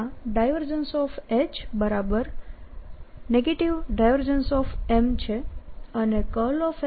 M છે અને H0 છે